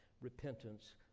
repentance